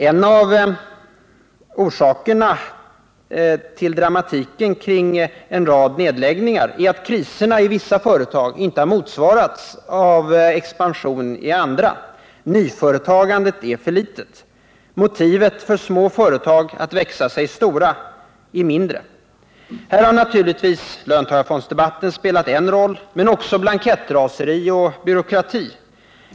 En av orsakerna till dramatiken kring en rad nedläggningar är att kriserna i vissa företag inte har motsvarats av expansion i andra. Nyföretagandet är för litet. Motivet för små företag att växa sig stora är mindre. Här har naturligtvis löntagarfondsdebatten spelat en roll, men också blankettraseri och byråkrati.